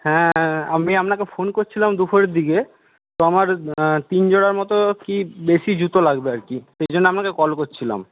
হ্যাঁ আমি আপনাকে ফোন করছিলাম দুপুরের দিকে তো আমার তিন জোড়া মতো কি দেশি জুতো লাগবে আরকি সেই জন্য আপনাকে কল করছিলাম